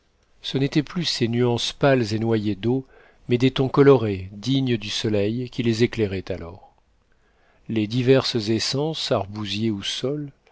ce n'étaient plus ces nuances pâles et noyées d'eau mais des tons colorés dignes du soleil qui les éclairait alors les diverses essences arbousiers ou